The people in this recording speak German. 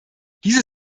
diese